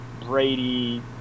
Brady